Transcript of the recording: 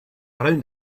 around